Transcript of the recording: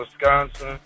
Wisconsin